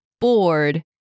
Bored